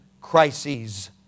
crises